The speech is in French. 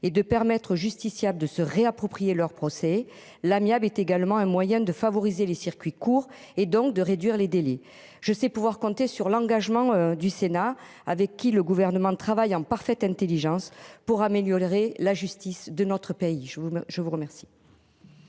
et de permettre aux justiciables de se réapproprier leur procès l'amiable est également un moyen de favoriser les circuits courts et donc de réduire les délais je sais pouvoir compter sur l'engagement du Sénat avec qui le gouvernement de travaille en parfaite Intelligence pour améliorer la justice de notre pays, je vous je